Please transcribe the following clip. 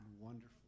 Wonderful